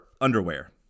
underwear